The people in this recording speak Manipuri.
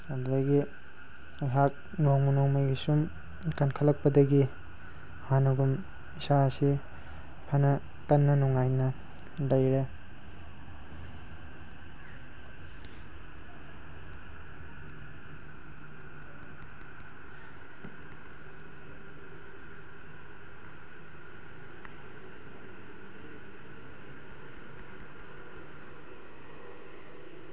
ꯑꯗꯨꯗꯒꯤ ꯑꯩꯍꯥꯛ ꯅꯣꯡꯃ ꯅꯣꯡꯃꯒꯤ ꯁꯨꯝ ꯀꯟꯈꯠꯂꯛꯄꯗꯒꯤ ꯍꯥꯟꯅꯒꯨꯝ ꯏꯁꯥꯁꯤ ꯐꯅ ꯀꯟꯅ ꯅꯨꯡꯉꯥꯏꯅ ꯂꯩꯔꯦ